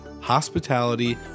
hospitality